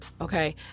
Okay